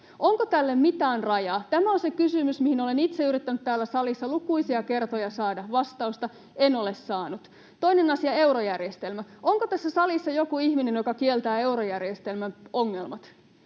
Onko tälle mitään rajaa? Tämä on se kysymys, mihin olen itse yrittänyt täällä salissa lukuisia kertoja saada vastausta — en ole saanut. Toinen asia on eurojärjestelmä. Onko tässä salissa joku ihminen, joka kieltää eurojärjestelmän ongelmat?